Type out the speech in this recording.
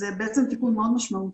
זה בעצם תיקון מאוד משמעותי.